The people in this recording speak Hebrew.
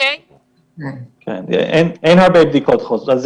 אין הרבה בדיקות חוזרות.